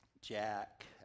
Jack